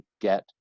get